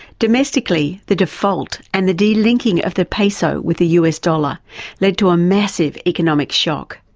domestically the default and the delinking of the peso with the us dollar led to a massive economic shock.